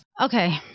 okay